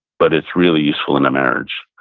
but it's really useful in a marriage.